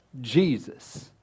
Jesus